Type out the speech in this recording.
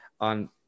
on